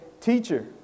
teacher